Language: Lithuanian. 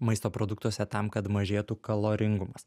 maisto produktuose tam kad mažėtų kaloringumas